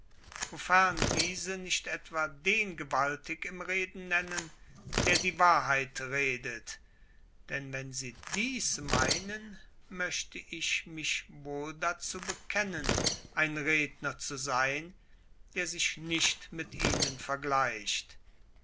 wofern diese nicht etwa den gewaltig im reden nennen der die wahrheit redet denn wenn sie dies meinen möchte ich mich wohl dazu bekennen ein redner zu sein der sich nicht mit ihnen vergleicht